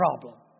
problem